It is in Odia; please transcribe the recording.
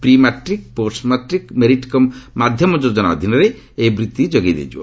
ପ୍ରି ମାଟ୍ରିକ୍ ପୋଷ୍ଟ ମାଟ୍ରିକ୍ ଓ ମେରିଟ୍ କମ୍ ମାଧ୍ୟମ ଯୋଜନା ଅଧୀନରେ ଏହି ବୂତ୍ତି ଯୋଗାଇ ଦିଆଯିବ